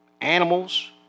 animals